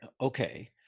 Okay